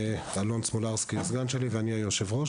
אלון סמולרסקי הוא הסגן שלי ואני היושב-ראש.